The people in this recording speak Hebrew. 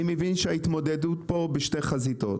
מבין שההתמודדות פה היא בשתי חזיתות.